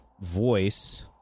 voice